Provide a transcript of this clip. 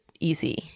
easy